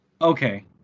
okay